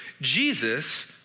Jesus